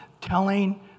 Telling